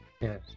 Yes